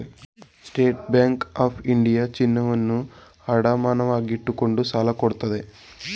state bank of India ಚಿನ್ನವನ್ನು ಅಡಮಾನವಾಗಿಟ್ಟುಕೊಂಡು ಸಾಲ ಕೊಡುತ್ತೆ